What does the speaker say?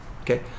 Okay